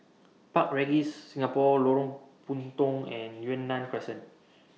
Park Regis Singapore Lorong Puntong and Yunnan Crescent